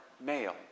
male